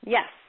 Yes